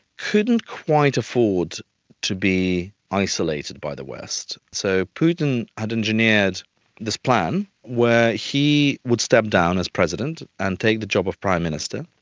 couldn't quite afford to be isolated by the west. so putin had engineered this plan where he would step down as president and take the job of prime minister,